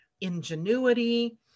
ingenuity